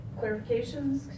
clarifications